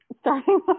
starting